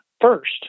first